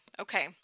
Okay